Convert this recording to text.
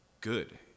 good